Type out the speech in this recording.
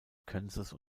kansas